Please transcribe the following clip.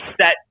set